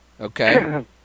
Okay